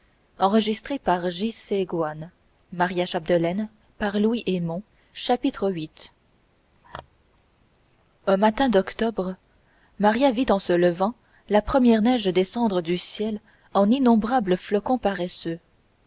chapitre viii un matin d'octobre maria vit en se levant la première neige descendre du ciel en innombrables flocons paresseux